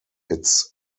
its